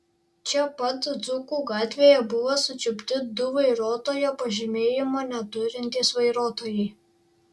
čia pat dzūkų gatvėje buvo sučiupti du vairuotojo pažymėjimo neturintys vairuotojai